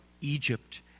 Egypt